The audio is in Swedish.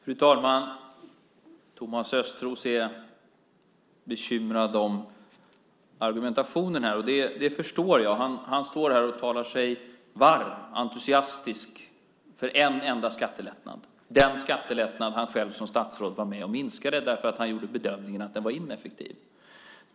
Fru talman! Thomas Östros är bekymrad över argumentationen här. Det förstår jag. Han står här och talar sig varm och är entusiastisk för en enda skattelättnad. Det är den skattelättnad han själv som statsråd var med och minskade därför att han gjorde bedömningen att den var ineffektiv.